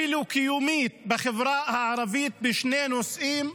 ואפילו קיומית, בחברה הערבית בשני נושאים.